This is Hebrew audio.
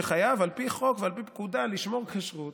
שחייב על פי חוק ועל פי פקודה לשמור כשרות,